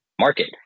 market